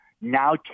now